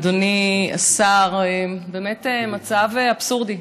אדוני השר, באמת מצב אבסורדי.